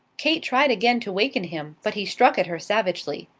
kate tried again to waken him, but he struck at her savagely.